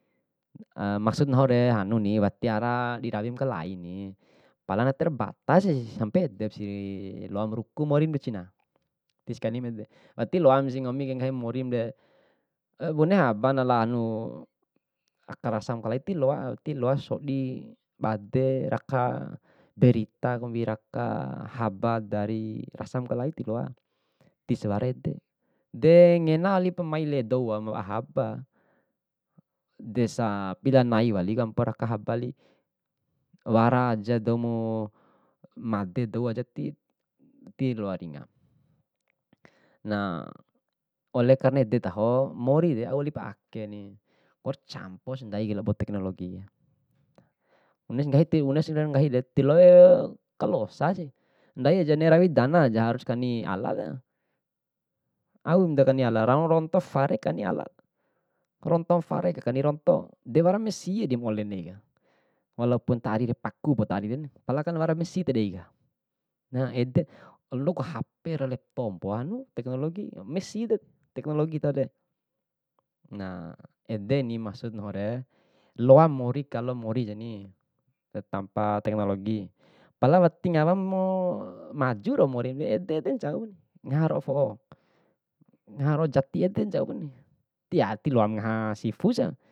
maksud nahure hanuni tiwara di rawi makalaini, pala na terbatasi sampai edepsi loamu ruku morimu cina, tiskanimu ede, wati loana si nggomi nggahim morimde, bune habana lahanu, aka rasa makalai, tiloa tiloa sodi bade, raka, derita kombi, raka haba dari rasa makalai tiloa, tiswara ede. De ngena walipa maile dou ma wa'a haba. Desa pila nai waliku ampo raka haba wali, wara aja doumu made dou aja ti- ti loa ringaku. Na ole karena ede taho morire au walip akeni waru camposi ndaike labo tehnologi, bunesi nggahiti bunesi loam nggahide tiloa kalosasi, ndai aja ne'e rawi dana ja harus kani alat. Aum dakani ala, rau ronto fare kani alat, rontom fare kani ronto, de wara mesi dimaolen deika, walaopun ta arire pakupu ta ariren palam wara mesi ta deika. Na ede, ndoku hp ra lapto mpoamu teknologi, meside teknologi taude, na edeni maksud nahure loa mori kalo mori keni tampa teknologi, pala wati ngawamu maju morimure ede ede ncau. ngaha ro'o fo'o, ngaha ro'o jati ede ncaupani, tia tiloamu ngaha sifu sia.